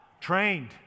Trained